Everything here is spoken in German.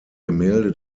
gemälde